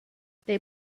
they